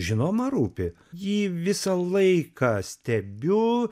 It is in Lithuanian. žinoma rūpi jį visą laiką stebiu